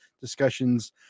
discussions